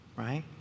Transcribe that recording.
Right